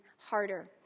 Harder